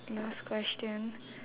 last question